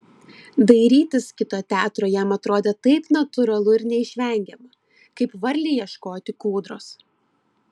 dairytis kito teatro jam atrodė taip natūralu ir neišvengiama kaip varlei ieškoti kūdros